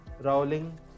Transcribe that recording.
Rowling